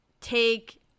take